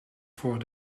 voor